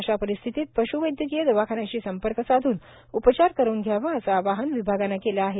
अशा परिस्थितीत पश्वैद्यकीय दवाखान्याशी संपर्क साधून उपचार करवून घ्यावे असे आवाहन विभागाने केले आहे